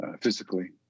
physically